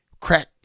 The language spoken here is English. crack